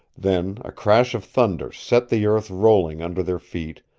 then a crash of thunder set the earth rolling under their feet,